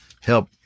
help